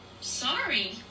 Sorry